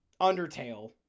Undertale